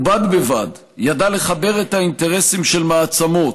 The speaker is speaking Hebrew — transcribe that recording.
ובד ובבד ידע לחבר את האינטרסים של מעצמות,